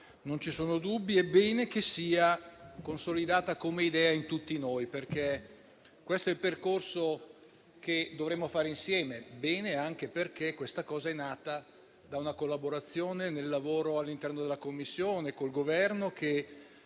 non ci sono dubbi ed è bene che tale idea sia consolidata in tutti noi, perché questo è il percorso che dovremo fare insieme. Va bene anche perché questa cosa è nata da una collaborazione nel lavoro all'interno della Commissione, con il Governo